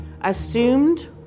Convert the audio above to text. assumed